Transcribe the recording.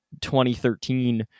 2013